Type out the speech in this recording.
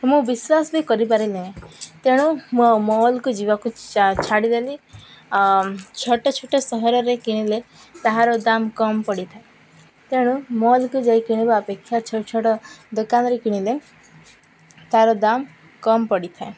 ମୁଁ ବିଶ୍ୱାସ ବି କରିପାରିଲିିନି ତେଣୁ ମୁଁ ମଲ୍କୁ ଯିବାକୁ ଛାଡ଼ିଦେଲି ଛୋଟ ଛୋଟ ସହରରେ କିଣିଲେ ତାହାର ଦାମ୍ କମ୍ ପଡ଼ିଥାଏ ତେଣୁ ମଲ୍କୁ ଯାଇ କିଣିବା ଅପେକ୍ଷା ଛୋଟ ଛୋଟ ଦୋକାନରେ କିଣିଲେ ତା'ର ଦାମ୍ କମ୍ ପଡ଼ିଥାଏ